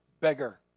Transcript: beggar